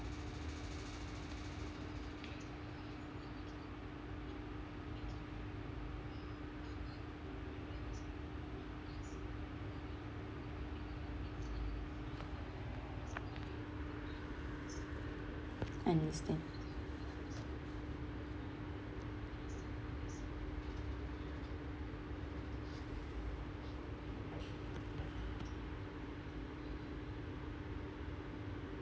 I understand